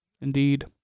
Indeed